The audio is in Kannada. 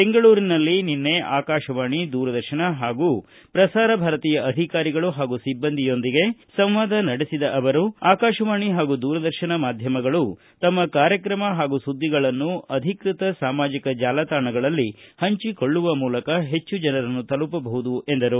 ಬೆಂಗಳೂರಿನಲ್ಲಿ ನಿನ್ನೆ ಆಕಾಶವಾಣಿ ದೂರದರ್ಶನ ಹಾಗೂ ಪ್ರಸಾರ ಭಾರತಿಯ ಅಧಿಕಾರಿಗಳು ಹಾಗೂ ಸಿಬ್ಬಂದಿಯೊಂದಿಗೆ ಸಂವಾದ ನಡೆಸಿದ ಅವರು ಆಕಾಶವಾಣಿ ಪಾಗೂ ದೂರದರ್ಶನ ಮಾಧ್ಯಮಗಳು ತಮ್ಮ ಕಾರ್ಯತ್ರಮ ಹಾಗೂ ಸುದ್ದಿಗಳನ್ನು ಅಧಿಕೃತ ಸಾಮಾಜಿಕ ಜಾಲತಾಣಗಳಲ್ಲಿ ಪಂಚಿಕೊಳ್ಳುವ ಮೂಲಕ ಹೆಚ್ಚು ಜನರನ್ನು ತಲುಪಬಹುದು ಎಂದರು